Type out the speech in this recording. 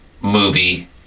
movie